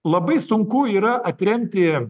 labai sunku yra atremti